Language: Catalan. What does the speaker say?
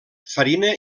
farina